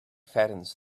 fattens